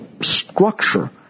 structure